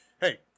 Hey